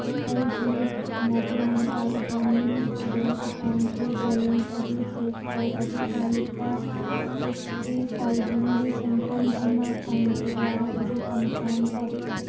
ꯑꯩꯒꯤ ꯃꯙ꯭ꯌꯥꯟꯆꯥꯜ ꯒ꯭ꯔꯥꯃꯤꯟ ꯕꯦꯡ ꯑꯦꯀꯥꯎꯟꯒꯤ ꯕꯦꯂꯦꯟꯁ ꯑꯗꯨ ꯆꯦꯛ ꯇꯧ ꯑꯗꯨꯒ ꯂꯨꯄꯥ ꯁꯤꯛꯁꯇꯤ ꯊꯥꯎꯖꯟꯒꯤ ꯁꯦꯟꯐꯝ ꯑꯃ ꯐꯪꯈꯤꯕ꯭ꯔꯥ ꯍꯥꯏꯕꯗꯨ ꯀꯟꯐꯥꯝ ꯇꯧ